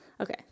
Okay